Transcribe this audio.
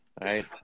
Right